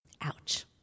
Ouch